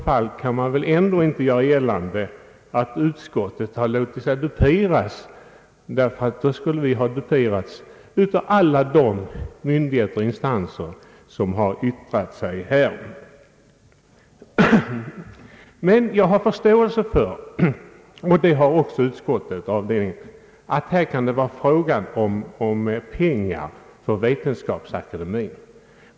Då kan man väl ändå inte göra gällande att utskottet låtit sig duperas, ty då skulle vi ha duperats av alla de myndigheter och instanser som yttrat sig i frågan. Men jag har i likhet med utskottet förståelse för att det här gäller pengar för Vetenskapsakademien.